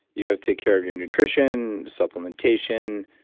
you got to take care of your nutrition supplementation,